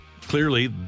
clearly